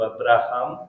Abraham